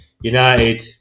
United